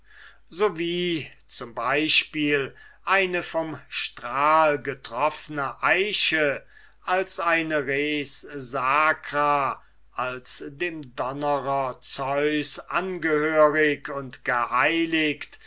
zum beispiel eine vom strahl getroffne eiche als eine res sacra als dem donnerer zeus angehörig und geheiligt